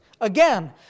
Again